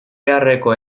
beharreko